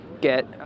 get